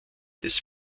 des